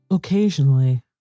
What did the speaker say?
Occasionally